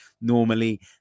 Normally